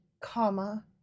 comma